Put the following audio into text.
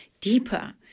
deeper